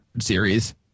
series